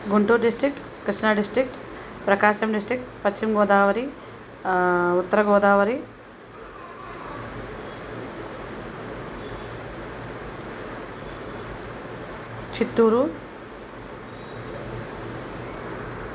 Guntur district Krishna district Prakasam district Paschima Godavari ఉత్తర గోదావరి చిత్తూరు